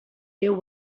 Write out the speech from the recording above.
there